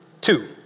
Two